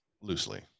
Loosely